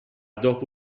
dopo